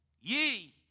ye